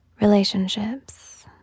relationships